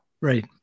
Right